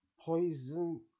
poison